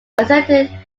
asserted